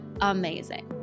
amazing